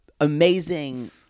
Amazing